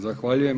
Zahvaljujem.